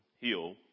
heal